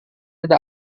ada